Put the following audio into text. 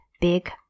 big